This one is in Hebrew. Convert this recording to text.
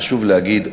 חשוב להגיד,